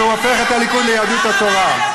שהוא הופך את הליכוד ליהדות התורה.